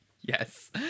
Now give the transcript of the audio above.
yes